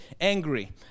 angry